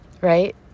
right